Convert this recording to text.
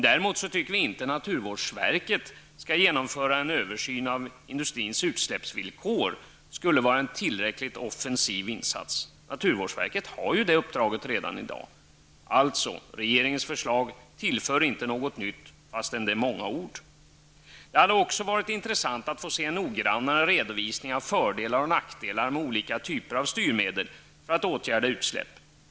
Däremot tycker vi inte att naturvårdsverkets uppdrag att genomföra en översyn av industrins utsläppsvillkor skulle vara en tillräckligt offensiv insats. Naturvårdsverket har det uppdraget redan i dag. Regeringens förslag innehåller alltså inte något nytt, även om det framförs med många ord. Det hade också varit intressant att få se en noggrannare redovisning av fördelar och nackdelar med olika typer av styrmedel för att åtgärda utsläpp.